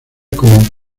como